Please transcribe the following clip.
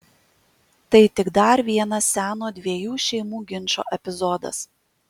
tai tik dar vienas seno dviejų šeimų ginčo epizodas